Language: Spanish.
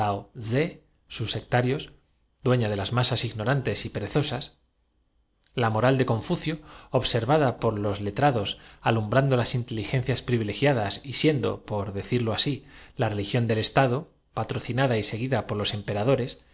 sus sectarios dueña de las masas ignorantes y pe al superior rezosas la moral de confucio observada por los le en cuanto á metafísica he aquí lo que al padre pe trados alumbrando las inteligencias privilegiadas y dranzini decía un mandarín sectario de confucio siendo por decirlo así la religión del estado patroci nosotros nos guardamos mucho de decidir sobre nada y seguida por los